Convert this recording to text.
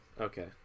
Okay